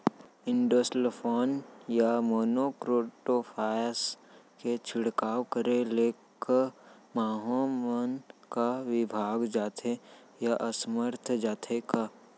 Endosulfan या monocrotophos के छिड़काव करे ले क माहो मन का विभाग जाथे या असमर्थ जाथे का?